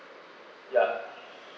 ya